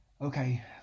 Okay